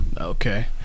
Okay